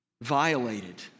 violated